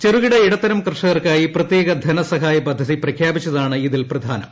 ചെറുകിട ഇടത്തരം കർഷകർക്കായി പ്രത്യേകധനസഹായപദ്ധതി പ്രഖ്യാപിച്ചതാണ് ഇതിൽ പ്രധാനം